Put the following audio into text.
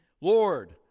Lord